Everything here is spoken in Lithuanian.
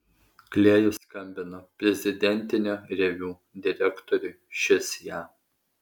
klėjus skambino prezidentinio reviu direktoriui šis jam